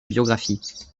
biographie